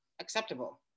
acceptable